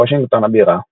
בוושינגטון הבירה.